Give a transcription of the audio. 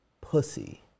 pussy